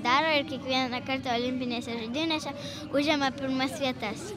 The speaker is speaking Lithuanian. daro ir kiekvieną kartą olimpinėse žaidynėse užima pirmas vietas